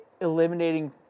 eliminating